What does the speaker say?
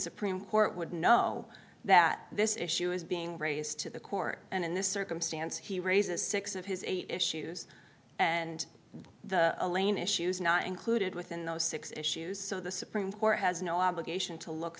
supreme court would know that this issue is being raised to the court and in this circumstance he raises six of his eight issues and the elaine issues not included within those six issues so the supreme court has no obligation to look